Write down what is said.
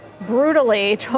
brutally